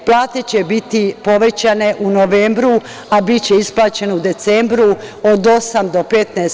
Plate će biti povećane u novembru, a biće isplaćene u decembru od 8% do 15%